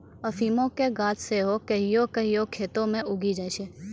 अफीमो के गाछ सेहो कहियो कहियो खेतो मे उगी जाय छै